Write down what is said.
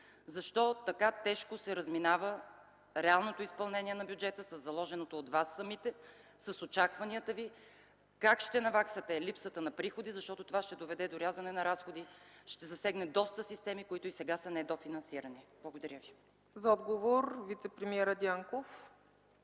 Защо така тежко се разминава реалното изпълнение на бюджета със заложеното от вас самите с очакванията ви? Как ще наваксате липсата на приходи, защото това ще доведе до рязане на разходи, ще засегне доста системи, които сега са недофинансирани? Благодаря ви. ПРЕДСЕДАТЕЛ ЦЕЦКА ЦАЧЕВА: За отговор вицепремиерът Дянков.